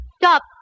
Stop